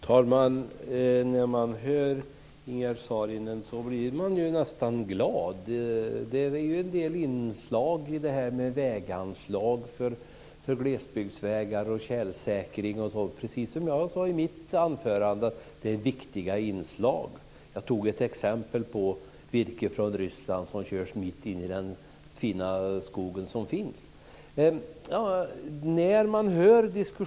Herr talman! När jag hör Ingegerd Saarinen blir jag nästan glad. Precis som i mitt anförande fanns det en del inslag av väganslag för glesbygdsvägar och tjälsäkring. Det är viktigt. Jag nämnde exemplet med virke från Ryssland som transporteras genom landet.